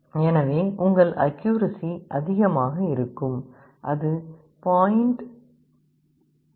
எனவே உங்கள் அக்யூரசி அதிகமாக இருக்கும் அது 0